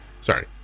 Sorry